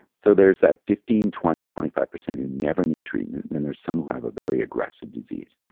so there's that fifteen, twenty, twenty five percent who never need treatment and there's some who have a very aggressive disease.